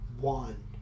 one